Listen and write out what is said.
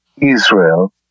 Israel